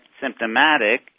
symptomatic